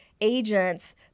agents